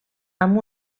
amb